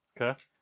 Okay